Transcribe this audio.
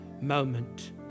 moment